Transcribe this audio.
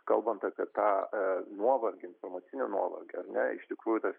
kalbant apie tą nuovargį informacinį nuovargį ar ne iš tikrųjų tas